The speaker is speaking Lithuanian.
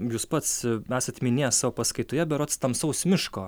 jūs pats esat minėjęs savo paskaitoje berods tamsaus miško